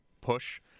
push